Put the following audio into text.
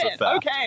Okay